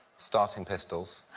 starting pistols.